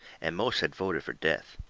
and most had voted fur death.